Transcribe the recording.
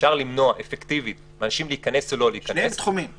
אפשר למנוע אפקטיבית מאנשים להיכנס או לא להיכנס --- שניהם תחומים,